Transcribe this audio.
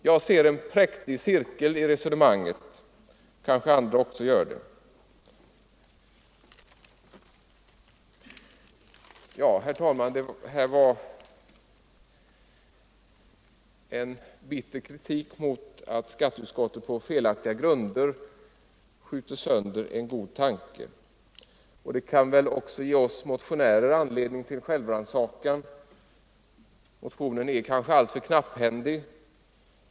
Jag ser en präktig cirkel i det resonemanget — kanske också andra gör det! Herr talman! Det här var en bitter kritik mot att skatteutskottet på felaktiga grunder skjuter sönder en god tanke. Det kan väl också ge oss motionärer anledning till självrannsakan. Motionen är kanske alltför knapphändig.